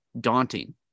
daunting